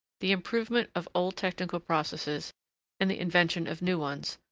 the improvement of old technical processes and the invention of new ones,